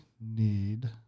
need